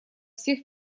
всех